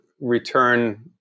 return